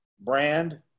brand